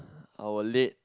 our late